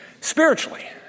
Spiritually